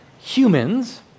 humans